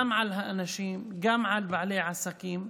גם על האנשים וגם על בעלי העסקים,